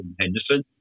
Henderson